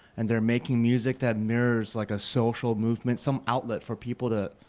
and they're making music that mirrors, like, a social movement, some outlet for people to